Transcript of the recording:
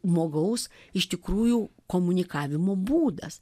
žmogaus iš tikrųjų komunikavimo būdas